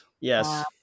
Yes